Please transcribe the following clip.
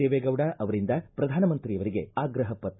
ದೇವೇಗೌಡ ಅವರಿಂದ ಪ್ರಧಾನಮಂತ್ರಿಯವರಿಗೆ ಆಗ್ರಹ ಪತ್ರ